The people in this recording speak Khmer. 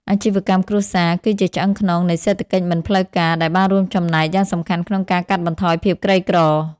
អាជីវកម្មគ្រួសារ គឺជាឆ្អឹងខ្នងនៃសេដ្ឋកិច្ចមិនផ្លូវការ ដែលបានរួមចំណែកយ៉ាងសំខាន់ក្នុងការកាត់បន្ថយភាពក្រីក្រ។